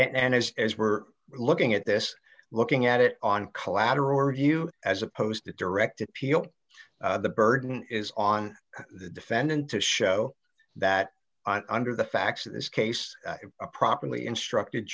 and as as we're looking at this looking at it on collateral review as opposed to direct appeal the burden is on the defendant to show that under the facts of this case a properly instructed